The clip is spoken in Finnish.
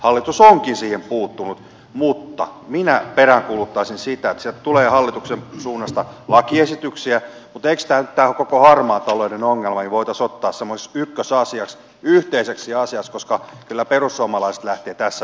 hallitus onkin siihen puuttunut hallituksen suunnasta tulee lakiesityksiä mutta minä peräänkuuluttaisin sitä että eikö tämä koko harmaan talouden ongelma voitaisi ottaa semmoiseksi ykkösasiaksi yhteiseksi asiaksi koska kyllä perussuomalaiset lähtevät tässä yhteistyöhön